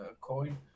coin